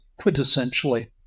quintessentially